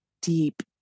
deep